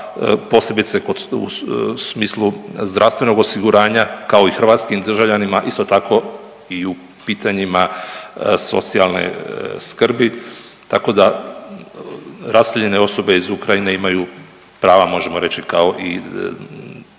posebice u smislu zdravstvenog osiguranja kao i hrvatskim državljanima isto tako i u pitanjima socijalne skrbi, tako da raseljene osobe iz Ukrajine imaju prava možemo reći kao i državljani